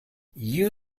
you